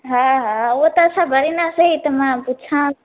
हा हा उअ त असां भरिंदासीं त मां पुछां